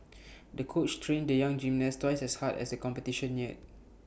the coach trained the young gymnast twice as hard as A competition neared